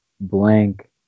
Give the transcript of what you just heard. blank